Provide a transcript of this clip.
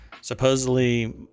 Supposedly